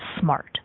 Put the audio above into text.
smart